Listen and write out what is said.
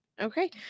Okay